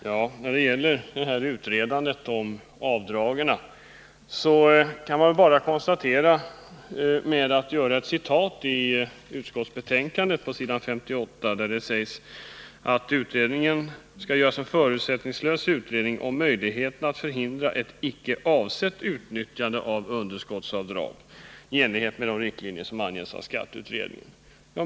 Herr talman! När det gäller frågan om avdrag vill jag göra ett citat ur utskottsbetänkandet där det på s. 58 anförs att utskottet tidigare har hemställt att riksdagen skall begära en allmän och ”förutsättningslös utredning om möjligheterna att förhindra ett icke avsett utnyttjande av underskottsavdrag i enlighet med de riktlinjer som angetts av skatteutredningen”.